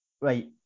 Right